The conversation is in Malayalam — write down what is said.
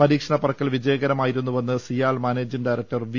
പരീക്ഷണ പറക്കൽ വിജയകരമായിരുന്നുവെന്ന് സിയാൽ മാനേജിങ് ഡയറക്ടർ വി